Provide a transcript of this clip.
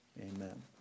Amen